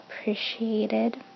appreciated